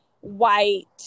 white